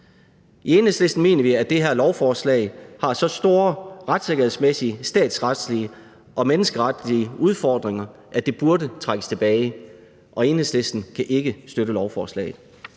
I Enhedslisten mener vi, at det her lovforslag har så store retssikkerhedsmæssige, statsretlige og menneskeretlige udfordringer, at det burde trækkes tilbage, og Enhedslisten kan ikke støtte lovforslaget.